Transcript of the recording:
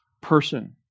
person